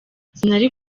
sinari